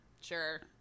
sure